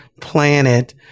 planet